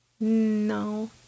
No